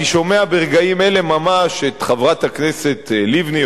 אני שומע ברגעים אלה ממש את חברת הכנסת לבני,